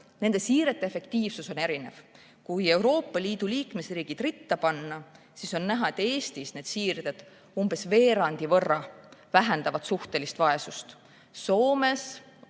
on erinev efektiivsus. Kui Euroopa Liidu liikmesriigid ritta panna, siis on näha, et Eestis need siirded umbes veerandi võrra vähendavad suhtelist vaesust,